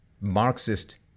Marxist